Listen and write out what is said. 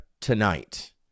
tonight